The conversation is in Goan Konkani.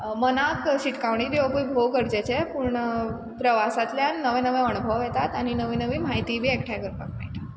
मनाक शिटकावणी दिवोपूय भोव गरजेचें पूण प्रवासांतल्यान नवे नवे अणभव येतात आनी नवी नवी म्हायतीय बी एकठांय करपाक मेळटा